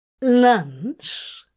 lunch